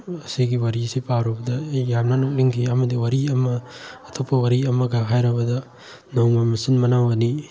ꯃꯁꯤꯒꯤ ꯋꯥꯔꯤ ꯑꯁꯤ ꯄꯥꯔꯨꯕꯗ ꯑꯩ ꯌꯥꯝꯅ ꯅꯣꯛꯅꯤꯡꯈꯤ ꯑꯃꯗꯤ ꯋꯥꯔꯤ ꯑꯃ ꯑꯇꯣꯞꯄ ꯋꯥꯔꯤ ꯑꯃꯒ ꯍꯥꯏꯔꯕꯗ ꯅꯣꯡꯃ ꯃꯆꯤꯟ ꯃꯅꯥꯎ ꯑꯅꯤ